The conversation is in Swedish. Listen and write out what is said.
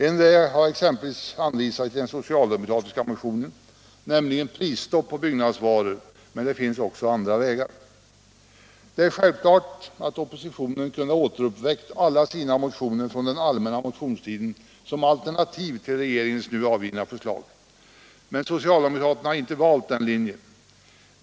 En väg har exempelvis anvisats i den socialdemokratiska motionen, nämligen prisstopp på byggnadsvaror, men det finns också andra vägar. Det är självklart att oppositionen kunde ha återuppväckt alla sina motioner från den allmänna motionstiden som alternativ till regeringens nu avgivna förslag, men socialdemokraterna har inte valt den linjen.